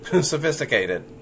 sophisticated